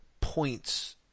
points